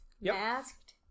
Masked